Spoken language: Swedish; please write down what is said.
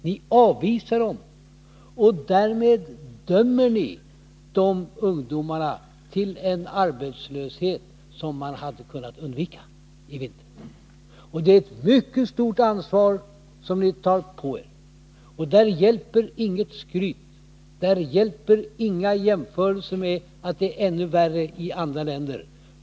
Ni avvisar dem, och därmed dömer ni dessa ungdomar till en arbetslöshet som hade kunnat undvikas. Det är ett mycket stort ansvar som ni därigenom tar på er. Där hjälper inget skryt. Där hjälper inga jämförelser med att det är ännu värre i andra länder.